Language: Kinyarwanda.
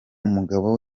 umugabo